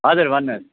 हजुर भन्नुहोस्